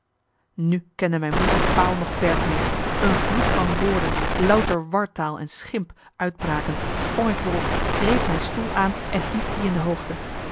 nu kende mijn woede paal noch perk meer een vloed van woorden louter wartaal en schimp uitbrakend sprong ik weer op greep mijn stoel aan en hief die in de hoogte